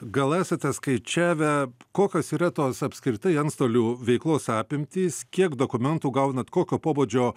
gal esate skaičiavę kokios yra tos apskritai antstolių veiklos apimtys kiek dokumentų gaunat kokio pobūdžio